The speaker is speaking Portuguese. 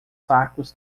sacos